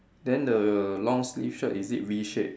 then the long sleeve shirt is it V shaped